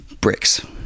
bricks